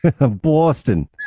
boston